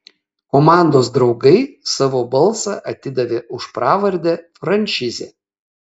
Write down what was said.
komandos draugai savo balsą atidavė už pravardę frančizė